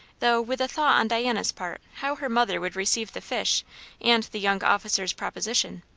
though with a thought on diana's part how her mother would receive the fish and the young officer's proposition.